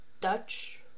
Dutch